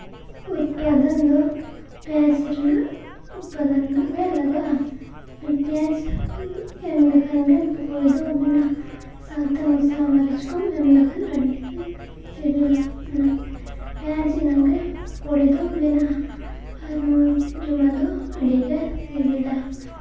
ᱩᱛᱯᱟᱫᱚᱱ ᱫᱚ ᱯᱮᱸᱭᱟᱡᱽ ᱨᱮᱱᱟᱜ ᱩᱛᱯᱟᱫᱚᱱ ᱨᱮᱭᱟᱜ ᱜᱮ ᱞᱟᱜᱟᱜᱼᱟ ᱯᱮᱸᱭᱟᱡᱽ ᱮᱢ ᱞᱮᱠᱷᱟᱱ ᱜᱮ ᱯᱚᱠᱳᱲᱤ ᱫᱚ ᱵᱮᱱᱟᱜᱼᱟ ᱥᱟᱶᱛᱮ ᱢᱚᱥᱞᱟ ᱢᱟᱹᱨᱤᱪ ᱠᱚᱢ ᱮᱢ ᱞᱮᱠᱷᱟᱱ ᱟᱹᱰᱤ ᱥᱤᱵᱤᱞᱟ ᱚᱱᱟ ᱯᱮᱸᱭᱟᱡᱽ ᱮᱱᱟᱝ ᱜᱮ ᱯᱚᱠᱳᱲᱤ ᱫᱚ ᱵᱮᱱᱟᱜᱼᱟ ᱟᱨ ᱱᱚᱣᱟ ᱡᱚᱢᱟᱜ ᱫᱚ ᱟᱹᱰᱤᱜᱮ ᱥᱤᱵᱤᱞᱟ